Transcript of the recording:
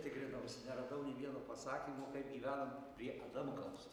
tikrinaus neradau nė vieno pasakymo kaip gyvenom prie adamkaus